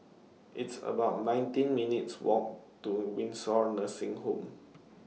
It's about nineteen minutes' Walk to Windsor Nursing Home